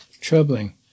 troubling